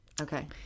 Okay